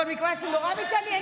אבל מכיוון שאתם נורא מתעניינים,